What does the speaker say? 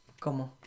¿Cómo